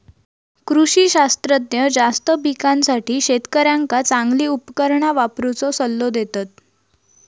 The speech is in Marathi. कृषी शास्त्रज्ञ जास्त पिकासाठी शेतकऱ्यांका चांगली उपकरणा वापरुचो सल्लो देतत